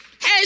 Hey